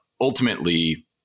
ultimately